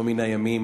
ביום מן הימים,